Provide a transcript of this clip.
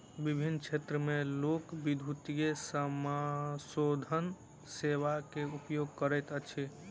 विभिन्न क्षेत्र में लोक, विद्युतीय समाशोधन सेवा के उपयोग करैत अछि